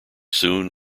soon